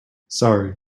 sorry